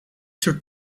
soort